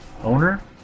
owner